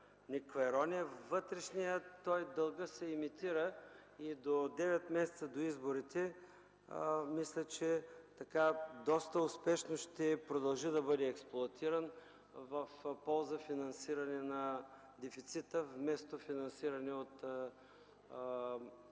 ирония, дългът се емитира и до 9 месеца до изборите мисля, че доста успешно ще продължи да бъде експлоатиран в полза финансиране на дефицита, вместо финансиране от